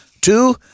Two